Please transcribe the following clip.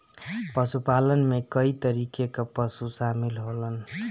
पशुपालन में कई तरीके कअ पशु शामिल होलन